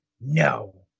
no